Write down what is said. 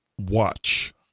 Watch